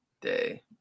day